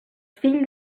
fill